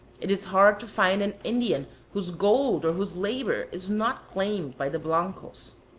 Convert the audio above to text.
it is hard to find an indian whose gold or whose labor is not claimed by the blancos.